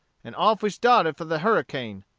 and off we started for the harricane.